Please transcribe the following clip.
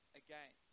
again